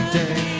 day